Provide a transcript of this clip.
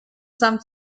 some